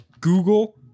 Google